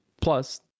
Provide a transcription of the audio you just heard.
plus